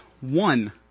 one